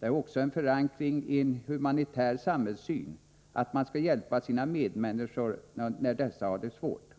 Den har också en förankring i en humanitär samhällssyn; att man skall hjälpa sina medmänniskor när dessa har det svårt.